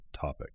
topic